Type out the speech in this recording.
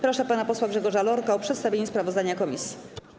Proszę pana posła Grzegorza Lorka o przedstawienie sprawozdania komisji.